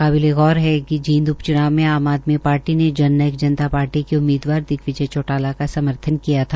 काबिले गौर ह जींद उप च्नाव में आम आदमी पार्टी ने जन नायक जनता पार्टी के उम्मीदवार दिगिवजय चौटाला का समर्थन किया था